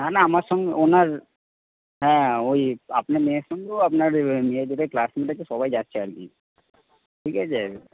না না আমার সঙ্গে ওনার হ্যাঁ ওই আপনার মেয়ের সঙ্গেও আপনার মেয়ের যারা ক্লাসমেট আছে সবাই যাচ্ছে আর কি ঠিক আছে